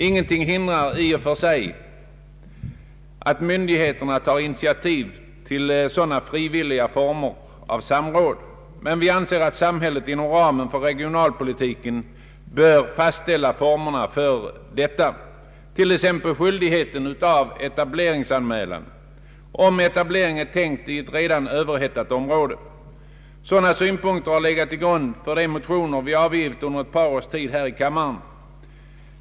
Ingenting hindrar i och för sig att myndigheterna tar initiativ till sådana frivilliga former av samråd, men vi anser att samhället inom ramen för regionalpolitiken bör fastställa formerna för detta, t.ex. skyldighet till etableringsanmälan, om etablering är tänkt i ett redan överhettat område. Sådana synpunkter har legat till grund för de motioner som vi har väckt under ett par års tid här i kammaren.